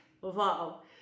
Wow